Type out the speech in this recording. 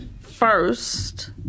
first